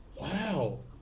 Wow